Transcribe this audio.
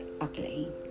ugly